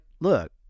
look